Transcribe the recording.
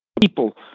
people